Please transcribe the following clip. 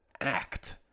act